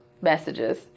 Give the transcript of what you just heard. messages